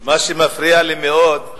מה שמפריע לי מאוד זה